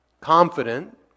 confident